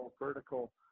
vertical